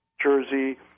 Jersey